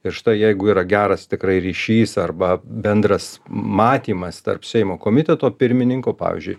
ir štai jeigu yra geras tikrai ryšys arba bendras matymas tarp seimo komiteto pirmininko pavyzdžiui